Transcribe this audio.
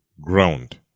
ground